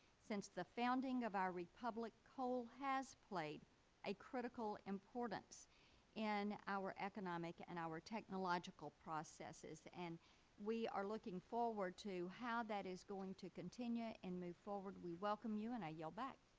since the founding of our republic coal has played a critical importance in our economic and our technological processes, and we are looking forward to how that is going to continue and move forward. we welcome you and i yield back.